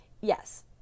Yes